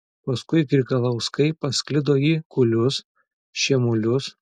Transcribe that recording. paskui grigalauskai pasklido į kulius šiemulius